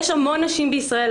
יש המון נשים בישראל,